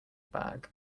bag